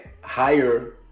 higher